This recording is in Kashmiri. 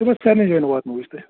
واتناوو أسۍ تۄہہِ